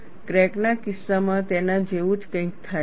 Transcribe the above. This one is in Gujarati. ક્રેકના કિસ્સામાં તેના જેવું જ કંઈક થાય છે